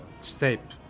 step